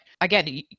again